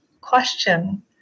question